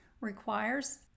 requires